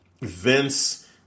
Vince